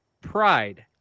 pride